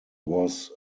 was